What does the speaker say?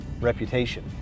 reputation